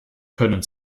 können